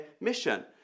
mission